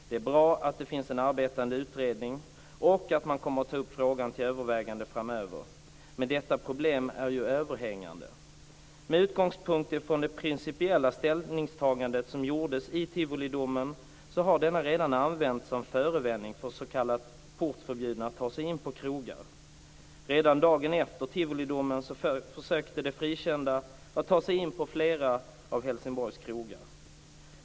Det är bra att det finns en arbetande utredning och att man kommer att ta upp frågan till övervägande framöver, men detta problem är ju överhängande. Med utgångspunkt från det principiella ställningstagande som gjordes i Tivolidomen har denna redan använts som förevändning för s.k. portförbjudna att ta sig in på krogar. Redan dagen efter Tivolidomen försökte de frikända att ta sig in på flera av Helsingborgs krogar.